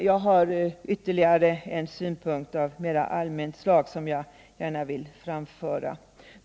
Jag har ytterligare en synpunkt av mera allmänt slag som jag gärna vill framföra.